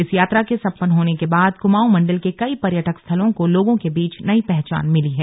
इस यात्रा के संपन्न होने के बाद कुमाऊं मंडल के कई पर्यटक स्थलों को लोगों के बीच नई पहचान मिली है